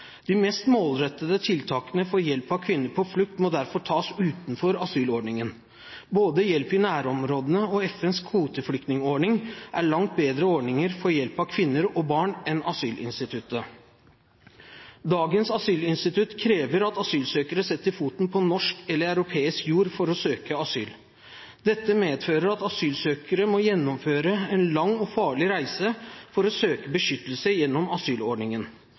De mest målrettede tiltakene for hjelp til kvinner på flukt må derfor tas utenfor asylordningen. Både hjelp i nærområdene og FNs kvoteflyktningordning er langt bedre ordninger for hjelp til kvinner og barn enn asylinstituttet. Dagens asylinstitutt krever at asylsøkere setter foten på norsk eller europeisk jord for å søke asyl. Dette medfører at asylsøkere må gjennomføre en lang og farlig reise for å søke beskyttelse gjennom asylordningen.